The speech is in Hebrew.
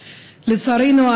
לצערנו,